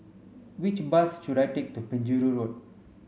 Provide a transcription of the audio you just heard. which bus should I take to Penjuru Road